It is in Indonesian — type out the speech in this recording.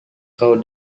kau